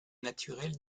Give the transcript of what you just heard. naturel